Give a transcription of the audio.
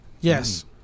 Yes